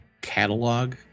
catalog